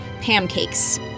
pancakes